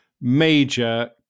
major